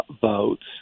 votes